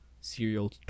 serial